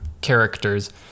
characters